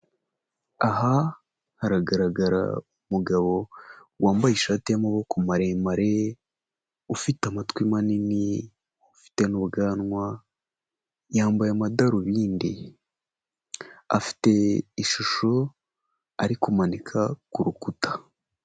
Aha haragaragara umugabo wambaye ishati y'amaboko maremare, ufite amatwi manini, ufite n'ubwanwa, yambaye amadarubindi, afite ishusho ari kumanika ku rukuta.